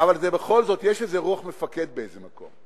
אבל זה, בכל זאת יש איזה רוח מפקד באיזה מקום.